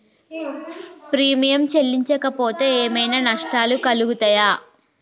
Premium చెల్లించకపోతే ఏమైనా నష్టాలు కలుగుతయా?